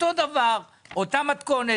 אותו דבר, אותה מתכונת.